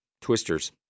twisters